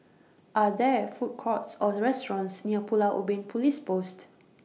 Are There Food Courts Or restaurants near Pulau Ubin Police Post